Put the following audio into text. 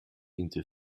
into